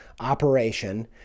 operation